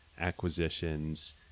acquisitions